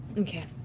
okay.